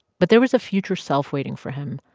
but there was a future self waiting for him,